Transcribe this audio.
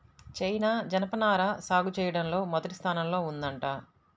China జనపనార సాగు చెయ్యడంలో మొదటి స్థానంలో ఉందంట